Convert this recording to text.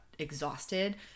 exhausted